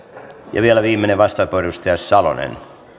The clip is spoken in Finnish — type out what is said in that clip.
ja vielä viimeinen vastauspuheenvuoro edustaja salonen